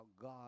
God